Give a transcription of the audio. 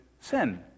sin